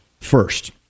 first